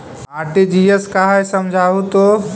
RTGS का है समझाहू तो?